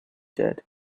did